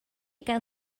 gael